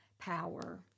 power